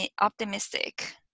optimistic